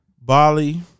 Bali